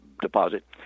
deposit